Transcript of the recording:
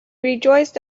rejoiced